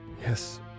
Yes